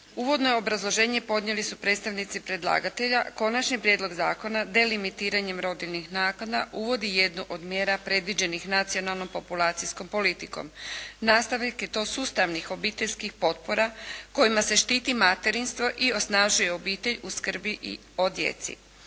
Uvodno obrazloženje podnijeli su predstavnici predlagatelja, Konačni prijedlog zakona delimitiranjem rodiljnih naknada uvodi jednu od mjera predviđenih nacionalnom populacijskom politikom. Nastavak je to sustavnih obiteljskih potpora kojima se štiti materinstvo i osnažuje obitelj u skrbi i o djeci.